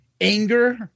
anger